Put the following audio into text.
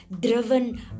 driven